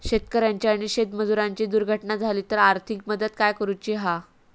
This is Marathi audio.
शेतकऱ्याची आणि शेतमजुराची दुर्घटना झाली तर आर्थिक मदत काय करूची हा?